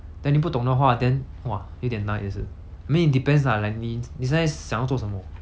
then 你不懂的话 then !wah! 有点难也是 I mean it depends lah like 你你现在想要做什么